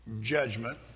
judgment